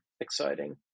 exciting